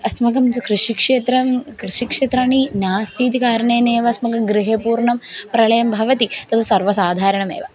अस्माकं तु कृषिक्षेत्रं कृषिक्षेत्राणि नास्ति इति कारणेन एव अस्माकं गृहे पूर्णं प्रलयं भवति तत् सर्वसाधारणमेव